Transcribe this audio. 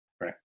right